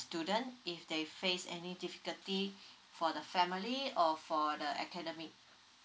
student if they face any difficulty for the family or for the academic